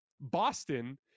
Boston